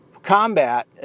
combat